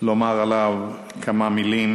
לומר עליו כמה מילים.